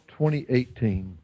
2018